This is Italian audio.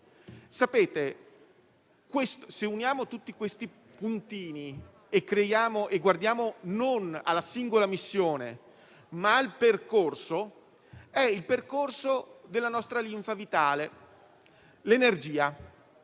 dire? Se uniamo tutti questi puntini e guardiamo non alla singola missione ma al percorso, vediamo il percorso della nostra linfa vitale: l'energia.